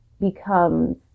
becomes